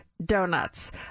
Donuts